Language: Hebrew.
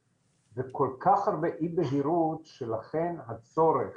יש כל כך הרבה אי בהירות שלכן הצורך